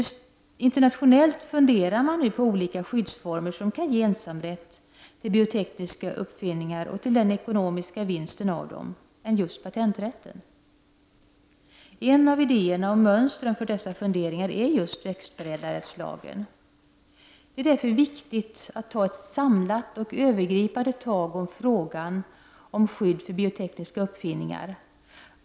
Internationellt funderar man nu på andra skyddsformer, som kan ge ensamrätt till biotekniska uppfinningar och till den ekonomiska vinsten av dem, än just patenträtten. En av idéerna — och ett av mönstren för dessa funderingar — är just växtförädlarrättslagen. Det är därför viktigt att samlat och övergripande ta itu med frågan om skydd för biotekniska uppfinningar.